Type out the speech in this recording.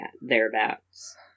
thereabouts